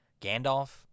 Gandalf